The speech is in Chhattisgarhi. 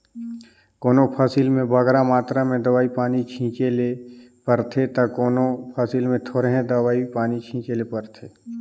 कोनो फसिल में बगरा मातरा में दवई पानी छींचे ले परथे ता कोनो फसिल में थोरहें दवई पानी छींचे ले परथे